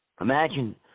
Imagine